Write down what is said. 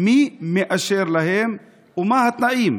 מי מאשר להם ומה התנאים?